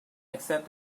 except